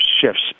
shifts